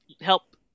help